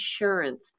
insurance